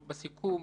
כמו שאמרתי קודם,